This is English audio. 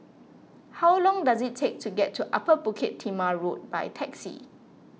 how long does it take to get to Upper Bukit Timah Road by taxi